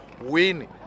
win